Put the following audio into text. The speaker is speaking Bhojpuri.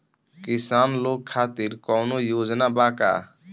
किसान लोग खातिर कौनों योजना बा का?